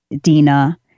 Dina